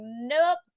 Nope